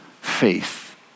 faith